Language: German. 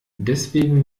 deswegen